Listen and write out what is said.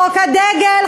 חוק הדגל,